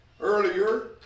earlier